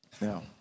Now